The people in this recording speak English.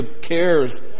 cares